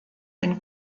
ein